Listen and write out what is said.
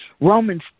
Romans